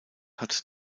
hat